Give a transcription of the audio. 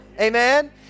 Amen